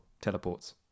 Teleports